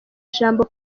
ijambo